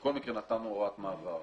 בכל מקרה נתנו הוראת מעבר.